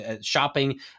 shopping